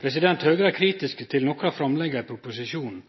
Høgre er kritisk